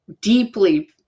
deeply